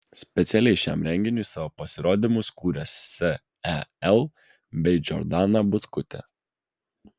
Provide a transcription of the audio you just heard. specialiai šiam renginiui savo pasirodymus kūrė sel bei džordana butkutė